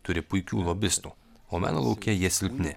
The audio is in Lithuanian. turi puikių lobistų o meno lauke jie silpni